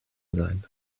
sein